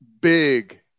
big